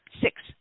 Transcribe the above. Six